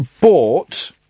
bought